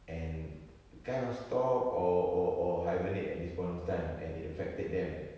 and kind of stopped or or or hibernate at this point of time and it affected them